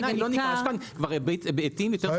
אלה כבר היבטים יותר סובייקטיביים, זה החשש שלי.